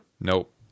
Nope